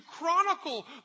chronicle